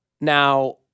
Now